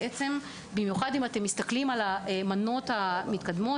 במיוחד אם אתם מסתכלים על המנות המתקדמות,